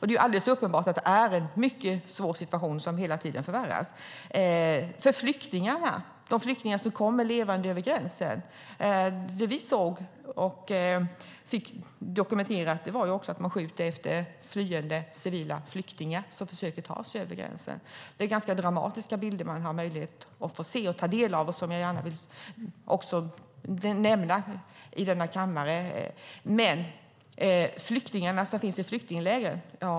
Det är alldeles uppenbart att det är en mycket svår situation som hela tiden förvärras för de flyktingar som kommer levande över gränsen. Det vi såg och fick dokumenterat är att man skjuter efter flyende civila flyktingar som försöker ta sig över gränsen. Det är dramatiska bilder, och jag vill gärna nämna detta i kammaren. Sedan har vi flyktingarna i flyktinglägren.